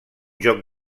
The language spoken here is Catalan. joc